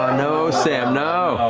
no sam, no.